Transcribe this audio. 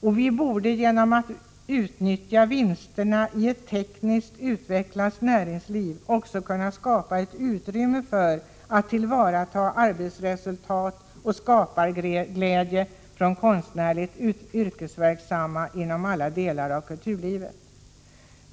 och vi borde genom att utnyttja vinsterna i ett tekniskt utvecklat näringsliv också kunna skapa ett utrymme för att tillvarata arbetsresultat och skaparglädje från konstnärligt yrkesverksamma inom alla delar av kulturlivet.